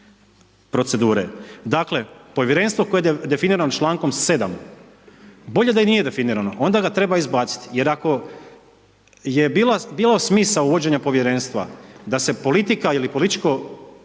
procedure. Dakle povjerenstvo koje je definirano člankom 7., bolje da i nije definirano. Onda ga treba izbaciti jer ako je bilo smisao uvođenja povjerenstva da se politika ili političko